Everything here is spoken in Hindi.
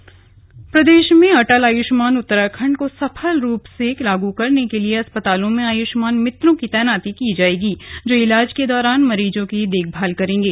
आयुष्मान उत्तराखण्ड जारी आयुष्मान उत्तराखण्ड को सफल रूप से लागू करने के लिए अस्पतालों में आयुष्मान मित्रों की तैनाती की जाएगी जो इलाज के दौरान मरीजों की देखभाल करेंगे